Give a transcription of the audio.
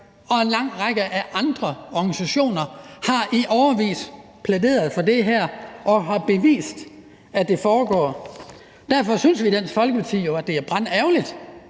og en lang række andre organisationer har i årevis plæderet for det her og har bevist, at det foregår. Derfor synes vi i Dansk Folkeparti